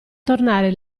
tornare